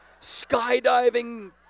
Skydiving